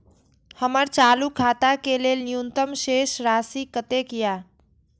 हमर चालू खाता के लेल न्यूनतम शेष राशि कतेक या?